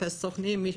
מחפש סוכנים,